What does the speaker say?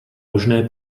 možné